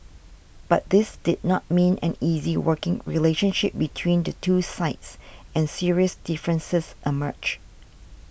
but this did not mean an easy working relationship between the two sides and serious differences emerged